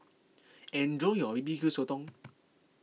enjoy your B B Q Sotong